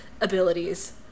abilities